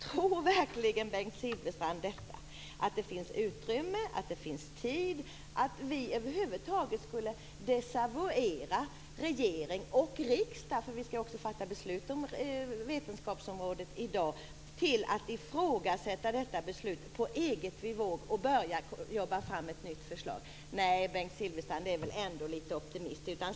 Tror verkligen Bengt Silfverstrand att det finns utrymme och tid för detta, att vi över huvud taget skulle desavouera regering och riksdag - som ju skall fatta beslut om vetenskapsområdet i dag - genom att ifrågasätta de beslut som fattas och börja arbeta fram ett nytt förslag? Nej, Bengt Silfverstrand, det är väl ändå litet optimistiskt.